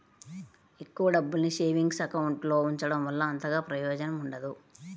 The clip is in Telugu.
ఎక్కువ డబ్బుల్ని సేవింగ్స్ అకౌంట్ లో ఉంచడం వల్ల అంతగా ప్రయోజనం ఉండదు